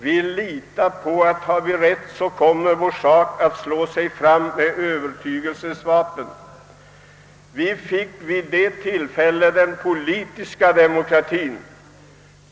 Vi litar på, framhöll han, att om vi har rätt, så kommer vår sak att slå sig fram med övertygelsens vapen. Vi fick vid detta tillfälle den politiska demokratien.